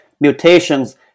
mutations